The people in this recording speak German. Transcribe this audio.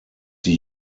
die